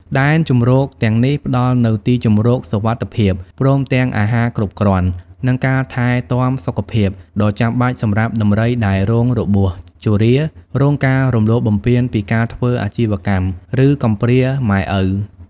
ដែនជម្រកទាំងនេះផ្តល់នូវ ទីជម្រកសុវត្ថិភាព ព្រមទាំង អាហារគ្រប់គ្រាន់ និង ការថែទាំសុខភាព ដ៏ចាំបាច់សម្រាប់ដំរីដែលរងរបួស ជរា រងការរំលោភបំពានពីការធ្វើអាជីវកម្ម ឬកំព្រាម៉ែឪ។